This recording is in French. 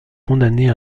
condamné